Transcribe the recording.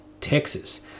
Texas